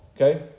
Okay